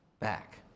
back